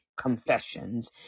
confessions